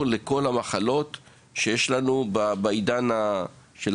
לכל המחלות שיש לנו בעידן הנוכחי,